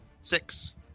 Six